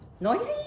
noisy